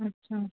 अच्छा